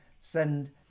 send